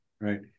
Right